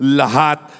lahat